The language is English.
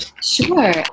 Sure